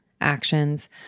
actions